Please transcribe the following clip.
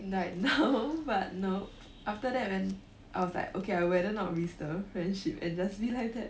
like no but no after that when I was like okay I rather not risk the friendship and just be like that